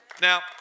Now